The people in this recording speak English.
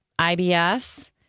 IBS